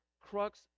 crux